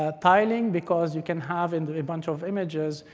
ah tiling, because you can have and a bunch of images,